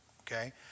okay